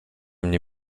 mnie